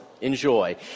Enjoy